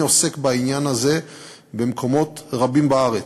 אני עוסק בעניין הזה במקומות רבים בארץ,